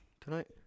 tonight